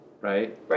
Right